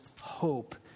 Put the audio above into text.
hope